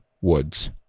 Woods